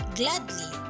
gladly